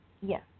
Yes